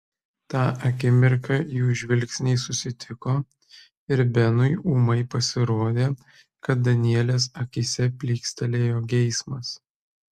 tą akimirką jų žvilgsniai susitiko ir benui ūmai pasirodė kad danielės akyse plykstelėjo geismas